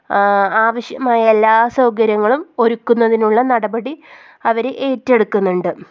ആവശ്യമായ എല്ലാ സൗകര്യങ്ങളും ഒരുക്കുന്നതിനുള്ള നടപടി അവർ ഏറ്റെടുക്കുന്നുണ്ട്